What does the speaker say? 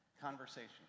conversation